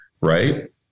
right